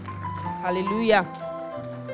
Hallelujah